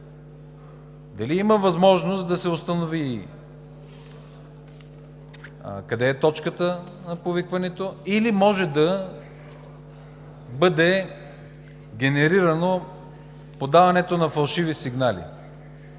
Дали има възможност да се установи къде е точката на повикването, или може да бъде генерирано подаването на фалшиви сигнали?